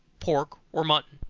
pork or mutton.